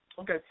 Okay